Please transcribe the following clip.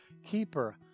Keeper